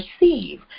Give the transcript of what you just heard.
receive